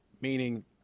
Meaning